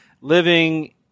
living